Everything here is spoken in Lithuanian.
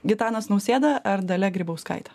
gitanas nausėda ar dalia grybauskaitė